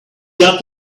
got